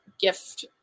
gift